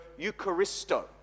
Eucharisto